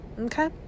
Okay